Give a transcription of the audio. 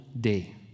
day